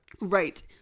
Right